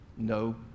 No